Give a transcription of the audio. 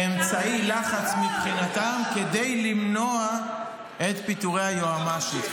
כאמצעי לחץ מבוקר מבחינתם כדי למנוע את פיטורי היועמ"שית.